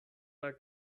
war